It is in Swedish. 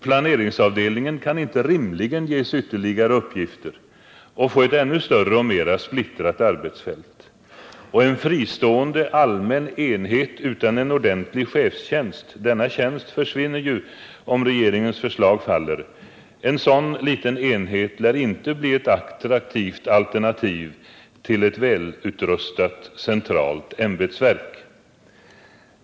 Planeringsavdelningen kan inte rimligen ges ytterligare uppgifter och få ett ännu större och mera splittrat arbetsfält, och en fristående liten allmän enhet utan en ordentlig chefstjänst — denna tjänst försvinner om regeringens förslag faller — lär inte bli ett attraktivt alternativ till ett välutrustat centralt ämbetsverk.